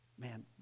Man